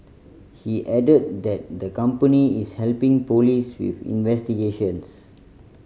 he added that the company is helping police with investigations